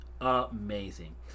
Amazing